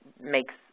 makes